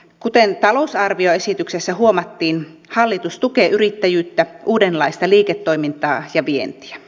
kuten talousarvioesityksessä huomattiin hallitus tukee yrittäjyyttä uudenlaista liiketoimintaa ja vientiä